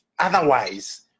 otherwise